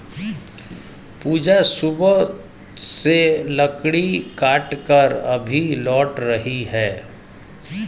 पूजा सुबह से लकड़ी काटकर अभी लौट रही है